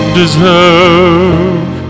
deserve